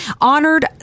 honored